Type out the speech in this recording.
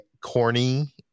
corny